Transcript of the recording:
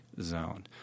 zone